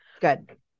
Good